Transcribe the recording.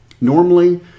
normally